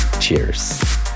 Cheers